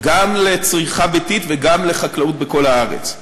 גם לצריכה ביתית וגם לחקלאות בכל הארץ.